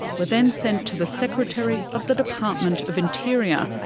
were then sent to the secretary of the department of interior.